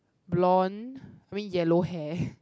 blonde I mean yellow hair